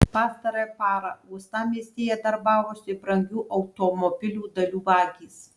pastarąją parą uostamiestyje darbavosi brangių automobilių dalių vagys